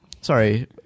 Sorry